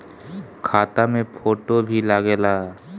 खाता मे फोटो भी लागे ला?